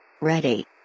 Ready